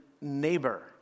neighbor